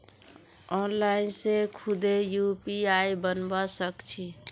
online से खुदे UPI बनवा सक छी